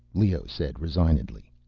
leoh said, resignedly.